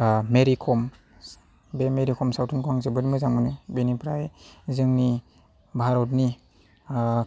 मेरि क'म बे मेरि क'म सावथुनखौ आं जोबोर मोजां मोनो बेनिफ्राय जोंनि भारतनि